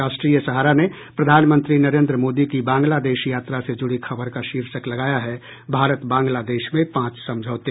राष्ट्रीय सहारा ने प्रधानमंत्री नरेन्द्र मोदी की बांग्लादेश यात्रा से जुड़ी खबर का शीर्षक लगाया है भारत बांग्लादेश में पांच समझौते